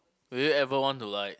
will you ever want to like